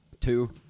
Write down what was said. two